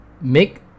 make